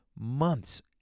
Months